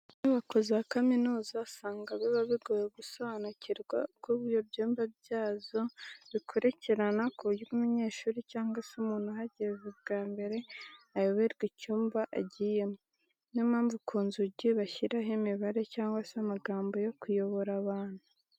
Inyubako za kaminuza usanga biba bigoye gusobanukirwa uko ibyumba byazo bikurikirana ku buryo umunyeshuri cyangwa se undi muntu uhageze bwa mbere ayoberwa icyumba agiyemo. Niyo mpamvu ku nzugi bashyiraho imibare cyangwa se amagambo yo kuyobora abantu.